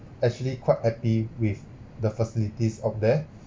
actually quite happy with the facilities of there